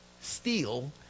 steal